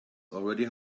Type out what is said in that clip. already